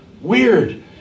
Weird